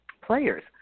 players